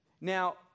Now